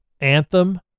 Anthem